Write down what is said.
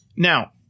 Now